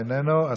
איננו,